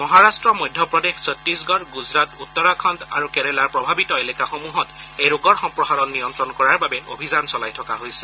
মহাৰাট্ট মধ্যপ্ৰদেশ ছট্টিশগড় গুজৰাট উত্তৰাখণ্ড আৰু কেৰালাৰ প্ৰভাৱিত এলেকাসমূহত এই ৰোগৰ সম্প্ৰসাৰণ নিয়ন্ত্ৰণ কৰাৰ বাবে অভিযান চলাই থকা হৈছে